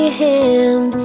hand